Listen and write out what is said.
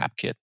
AppKit